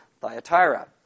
Thyatira